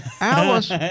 Alice